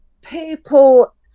people